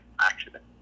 accident